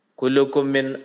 kulukumin